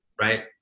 right